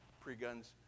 pre-guns